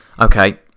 Okay